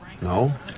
No